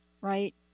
right